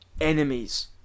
enemies